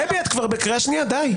דבי, את כבר בקריאה שנייה, די.